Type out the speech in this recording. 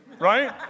right